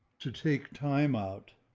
to take time out